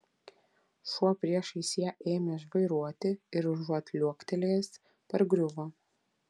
šuo priešais ją ėmė žvairuoti ir užuot liuoktelėjęs pargriuvo